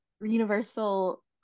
universal